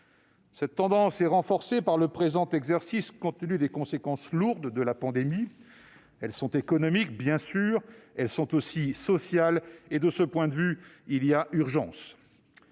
Cette tendance est renforcée par le présent exercice, compte tenu des conséquences lourdes de la pandémie, sur le plan économique bien sûr, mais aussi social. De ce point de vue, il y a urgence.